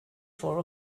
for